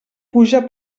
puja